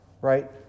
right